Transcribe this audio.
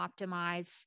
optimize